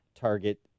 target